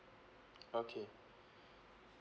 okay